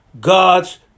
God's